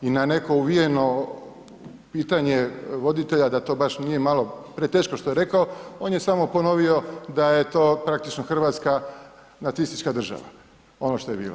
I na neko uvijeno pitanje voditelja da to baš nije malo preteško što je rekao on je samo ponovio da je to praktično hrvatska nacistička država, ono što je bilo.